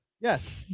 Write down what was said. yes